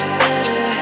better